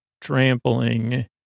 trampling